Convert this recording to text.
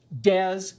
Des